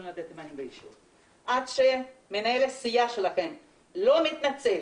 עד שמנהל הסיעה שלכם לא מתנצל